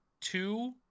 two